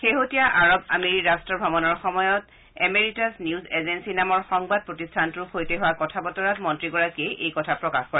শেহতীয়া আৰব আমিৰি ৰট্ট ভ্ৰমণৰ সময়ত এমেৰিটাছ নিউজ এজেপি নামৰ সংবাদ প্ৰতিষ্ঠানটোৰ সৈতে হোৱা কথা বতৰাত মন্ত্ৰীগৰাকীয়ে এই কথা প্ৰকাশ কৰে